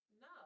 No